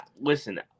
listen